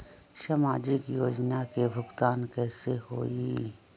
समाजिक योजना के भुगतान कैसे होई?